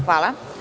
Hvala.